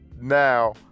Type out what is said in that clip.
now